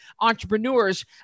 entrepreneurs